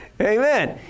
amen